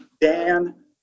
Dan